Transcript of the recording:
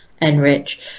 enrich